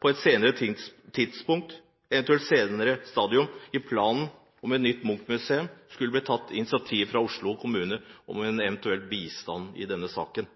på et senere tidspunkt, eventuelt senere stadium i planen om et nytt Munch-museum, skulle bli tatt initiativ fra Oslo kommune om en eventuell bistand i denne saken.